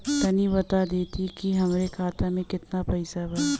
तनि बता देती की हमरे खाता में कितना पैसा बा?